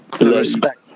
respect